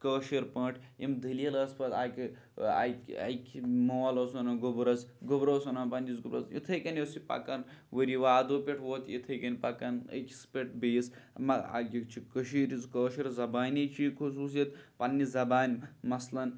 کٲشِر پٲٹھۍ یِم دٔلیٖل ٲس پَتہٕ اَکہِ اَکہِ مول اوس وَنان گۄبرَس گۄبُر اوس وَنان پنٛنِس گۄبرَس اِتھٕے کٔنۍ اوس یہِ پَکان ؤری وادو پٮ۪ٹھ ووت اِتھٕے کٔنۍ پَکَان أکِس پٮ۪ٹھ بیٚیِس مہ اَ یہِ چھُ کٔشیٖرِ ہِنٛز کٲشِرۍ زبانی چھِ یہِ خصوٗصیت پںٛنہِ زبانہِ مثلن